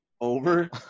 over